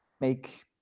make